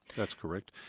that's correct.